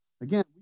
Again